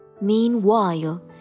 Meanwhile